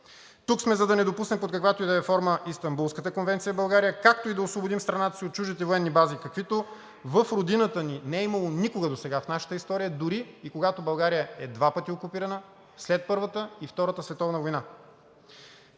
Тук сме, за да не допуснем под каквато и да е форма Истанбулската конвенция в България, както и да освободим страната си от чуждите военни бази, каквито в родината ни не е имало никога досега в нашата история, дори и когато България е два пъти окупирана – след Първата и Втората световна война.